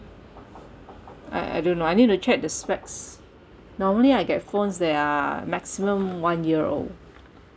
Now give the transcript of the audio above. I I don't know I need to check the specs normally I get phones that are maximum one year old